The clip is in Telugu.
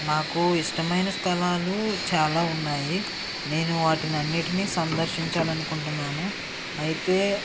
నాకు ఇష్టమైన స్థలాలు చాలా ఉన్నాయి నేను వాటినన్నింటినీ సందర్శించాలి అనుకుంటున్నాను అయితే